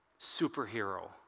superhero